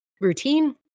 Routine